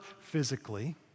physically